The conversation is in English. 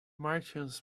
martians